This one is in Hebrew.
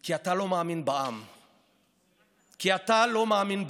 כי אתה לא מאמין בעם.